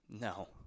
No